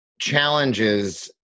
challenges